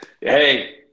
Hey